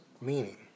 Meaning